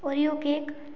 oreo cake